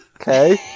okay